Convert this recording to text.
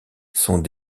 sont